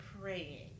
praying